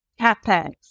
capex